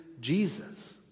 Jesus